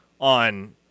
on